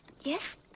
Yes